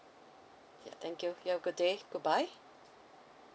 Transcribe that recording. yeah thank you you have a good day goodbye